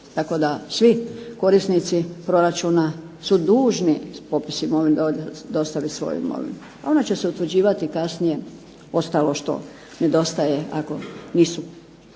tako da svi korisnici proračuna su dužni popis imovine dostavit svoju imovinu, a ona će se utvrđivati kasnije, ostalo što nedostaje ako nisu